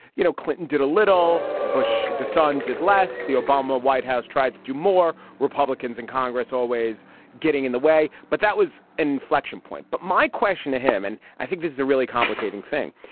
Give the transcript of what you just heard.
you know, clinton did a little bush. the sun did last. the obama white house tried to do more. republicans in congress always getting in the way. but that was an inflection point. but my question to him and i think this is a really complicating thing.